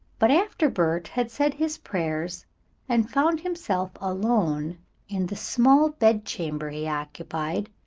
but after bert had said his prayers and found himself alone in the small bed chamber he occupied,